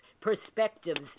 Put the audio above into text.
perspectives